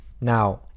Now